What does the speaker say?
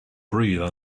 breathe